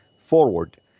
forward